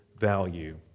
value